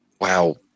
Wow